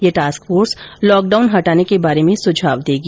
ये task force lockdown हटाने के बारे में सुझाव देगी